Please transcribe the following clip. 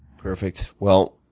perfect. well,